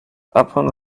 upon